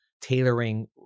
tailoring